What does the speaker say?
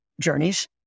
journeys